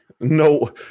No